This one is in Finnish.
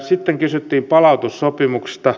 sitten kysyttiin palautussopimuksista